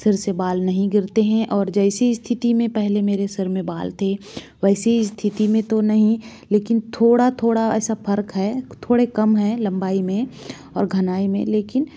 सिर से बाल नहीं गिरते हैं और जैसी स्थिति में पहले मेरे सिर में बाल थे वैसी स्थिति में तो नहीं लेकिन थोड़ा थोड़ा ऐसा फ़र्क है थोड़े कम है लम्बाई में और घनाइ में लेकिन